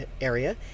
area